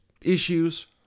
issues